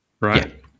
right